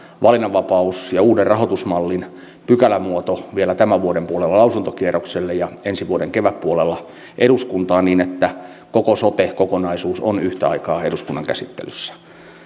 valinnanvapaus ja uuden rahoitusmallin pykälämuoto vielä tämän vuoden puolella lausuntokierrokselle ja ensi vuoden kevätpuolella eduskuntaan niin että koko sote kokonaisuus on yhtä aikaa eduskunnan käsittelyssä